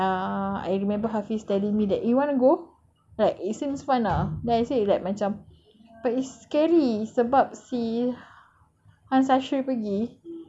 ya ya I remember it's there because ah I remember hafiz telling me that you want to go like it seems fun lah then I said like macam but it's scary sebab si